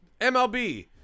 MLB